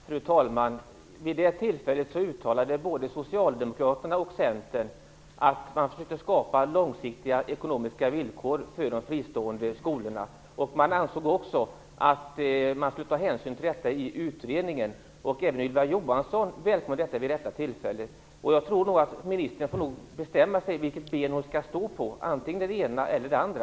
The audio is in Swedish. Fru talman! Vid det tillfället uttalade både Socialdemokraterna och Centern att man försökte skapa långsiktiga ekonomiska villkor för de fristående skolorna. Man ansåg också att man skulle ta hänsyn till detta i utredningen. Även Ylva Johansson välkomnade det vid detta tillfälle. Ministern får nog bestämma sig för på vilket ben hon skall stå. Antingen det ena eller det andra.